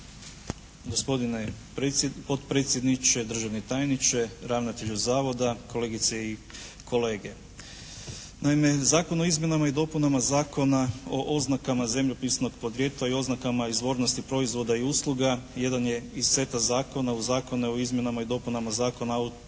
Gospodine potpredsjedniče, državni tajniče, ravnatelju Zavoda, kolegice i kolege. Naime Zakon o izmjenama i dopunama Zakona o oznakama zemljopisnog podrijetla i oznakama izvornosti proizvoda i usluga jedan je iz seta zakona uz Zakone o izmjenama i dopunama Zakona o